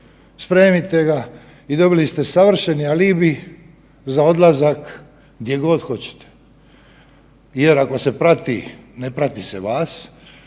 spremite ga i dobili ste savršen alibi za odlazak gdje god hoćete jer ako se prati ne prati se vas,